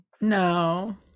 No